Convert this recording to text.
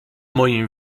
moim